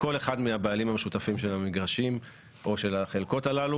כל אחד מהבעלים המשותפים של המגרשים או של החלקות הללו